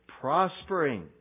prospering